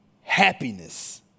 Happiness